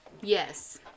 Yes